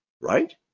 right